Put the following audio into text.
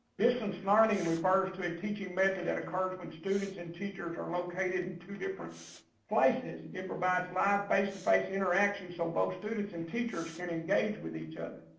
distance learning refers to a teaching method that occurs when students and teachers are located in two different places. it provides live face-to-face interaction so both students and teachers can engage with each other.